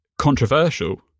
controversial